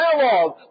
dialogue